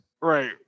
Right